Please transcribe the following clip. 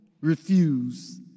refuse